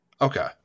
Okay